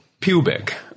Pubic